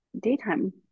daytime